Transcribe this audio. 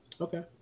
Okay